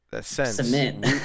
cement